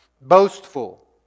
boastful